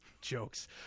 Jokes